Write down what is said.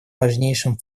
важнейшим